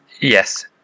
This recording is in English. yes